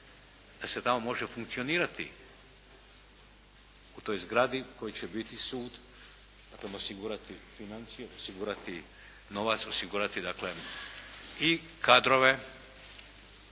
da se tamo može funkcionirati u toj zgradi u kojoj će biti sud. Daklem, osigurati financije, osigurati novac, osigurati novac,